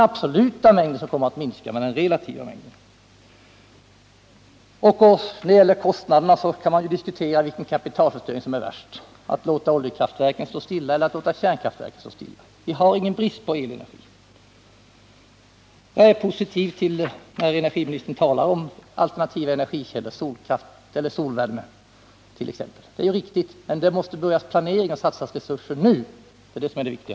I fråga om kostnaderna kan man diskutera vilken kapitalförstöring som är värst — att låta oljekraftverken stå stilla eller att låta kärnkraftverken göra det. Vi har ingen brist på elenergi. Det är positivt att energiministern talar om alternativa energikällor, t.ex. solvärme. Men vi måste börja planeringen och satsa resurserna nu — det är det som är det viktiga.